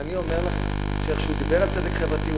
ואני אומר לכם שכמו שהוא דיבר על צדק חברתי,